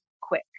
quick